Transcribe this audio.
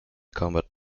combat